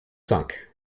sunk